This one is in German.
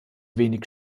wenig